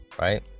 right